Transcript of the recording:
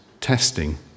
testing